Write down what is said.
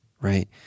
right